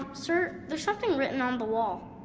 um sir? there's something written on the wall.